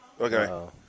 Okay